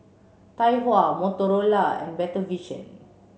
Tai Hua Motorola and Better Vision